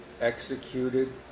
executed